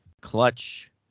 Clutch